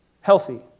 healthy